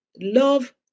love